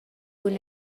cun